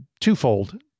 twofold